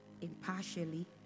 impartially